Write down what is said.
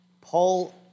Paul